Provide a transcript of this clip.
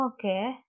Okay